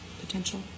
potential